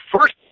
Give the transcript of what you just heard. first